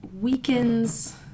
weakens